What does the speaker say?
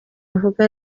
avuga